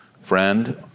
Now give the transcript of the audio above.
friend